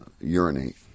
urinate